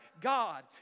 God